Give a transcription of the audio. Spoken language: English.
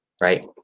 right